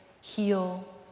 heal